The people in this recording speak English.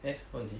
eh 问题